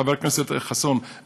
חבר הכנסת חסון,